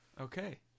Okay